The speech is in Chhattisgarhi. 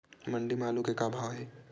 मंडी म आलू के का भाव हे?